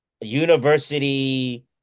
university